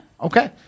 Okay